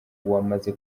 wamaze